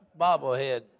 bobblehead